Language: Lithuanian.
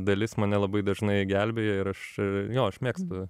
dalis mane labai dažnai gelbėja ir aš jo aš mėgstu